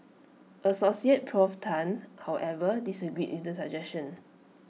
associate Prof Tan however disagreed with the suggestion